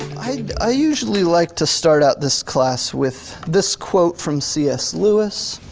i usually like to start out this class with this quote from c s. lewis.